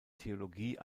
theologie